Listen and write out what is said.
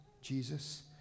Jesus